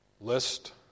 list